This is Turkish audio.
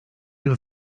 yıl